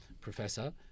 Professor